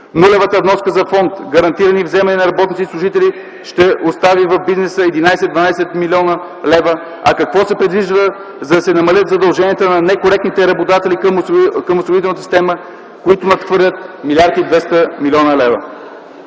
Нулевата вноска за фонд „Гарантирани вземания на работниците и служителите” ще остави в бизнеса 11-12 млн. лв., а какво се предвижда, за да се намалят задълженията на некоректните работодатели към осигурителната система, които надхвърлят 1 млрд. 200